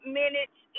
minutes